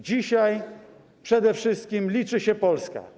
Dzisiaj przede wszystkim liczy się Polska.